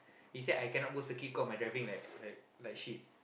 he said I cannot go circuit cause my driving like like like shit